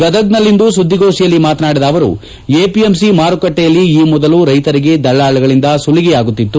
ಗದಗನಲ್ಲಿಂದು ಸುದ್ದಿಗೋಷ್ಠಿಯಲ್ಲಿ ಮಾತನಾಡಿದ ಅವರು ಎಪಿಎಂಸಿ ಮಾರುಕಟ್ಟೆಯಲ್ಲಿ ಈ ಮೊದಲು ರೈತರಿಗೆ ದಲ್ಲಾಳಿಗಳಿಂದ ಸುಲಿಗೆ ಆಗುತ್ತಿತ್ತು